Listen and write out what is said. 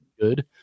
good